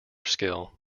skill